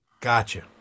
Gotcha